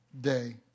day